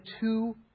two